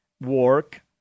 work